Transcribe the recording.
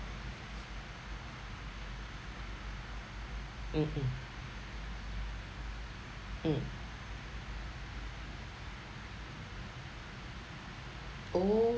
mm mm mm oh